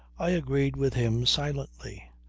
i agreed with him silently.